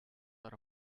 out